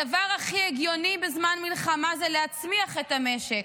הדבר הכי הגיוני בזמן מלחמה הוא להצמיח את המשק.